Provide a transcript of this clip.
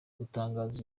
gutangaza